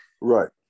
Right